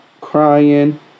crying